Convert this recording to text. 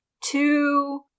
two